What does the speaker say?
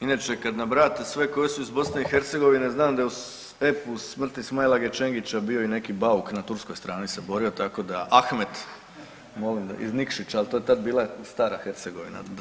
Inače kad nam vrate sve koji su iz BiH znam da je u epu u „Smrti Smailage Čengića“ bio i neki Bauk na turskoj strani se borio tako da Ahmet iz Nikšića, ali to je tad bila stara Hercegovina.